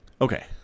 Okay